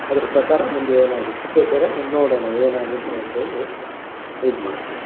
ಅದ್ರ ಪ್ರಕಾರ ಮುಂದೆ ಏನಾಗುತ್ತೆ ಬೇಕಾರೆ ನೋಡೋಣ ಏನಾಗುತ್ತೆ ಅಂತೇಳಿ ಇದು ಮಾಡ್ಕೆ